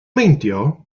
meindio